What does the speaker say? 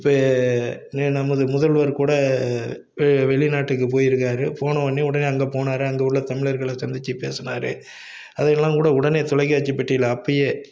இப்போ நெ நமது முதல்வர் கூட இப்போ வெ வெளிநாட்டுக்கு போயிருக்கார் போனோன்னே உடனே அங்கே போனார் அங்கே உள்ள தமிழர்களை சந்தித்து பேசினாரு அதெல்லாம் கூட உடனே தொலைக்காட்சி பெட்டியில் அப்பயே